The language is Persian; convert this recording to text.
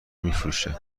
میفروشه